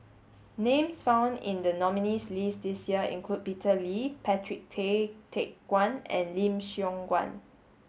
names found in the nominees' list this year include Peter Lee Patrick Tay Teck Guan and Lim Siong Guan